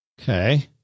Okay